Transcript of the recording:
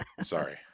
sorry